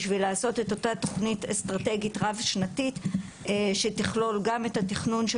בשביל לעשות את אותה תוכנית אסטרטגית רב-שנתית שתכלול גם את התכנון של